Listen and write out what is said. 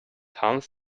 harms